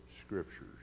scriptures